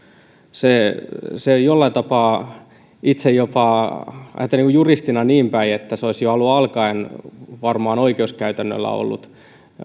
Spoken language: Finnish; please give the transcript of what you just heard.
se ei jollain tapaa itse jopa ajattelen juristina niin päin että se olisi jo alun alkaen varmaan oikeuskäytännöllä ollut